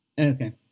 Okay